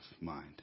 mind